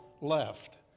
left